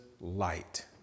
light